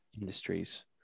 Industries